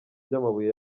by’amabuye